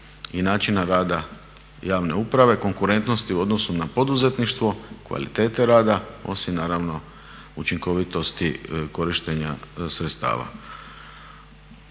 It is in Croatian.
i načina rada javne uprave, konkurentnosti u odnosu na poduzetništvo, kvalitete rada osim naravno učinkovitosti korištenja sredstava.